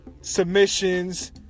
Submissions